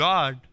God